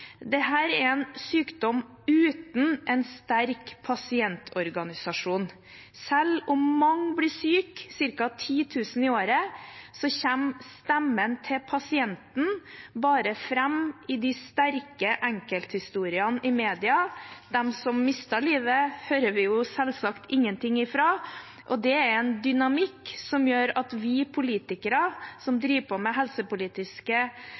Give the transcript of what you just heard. er en sykdom uten en sterk pasientorganisasjon. Selv om mange blir syke, ca. 10 000 i året, kommer stemmen til pasienten bare fram i de sterke enkelthistoriene i media – de som mister livet, hører vi selvsagt ingenting fra – og det er en dynamikk som gjør at vi politikere som driver med helsepolitiske